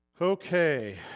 Okay